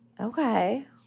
Okay